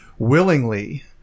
Willingly